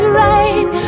right